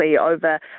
over